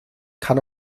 kann